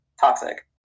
toxic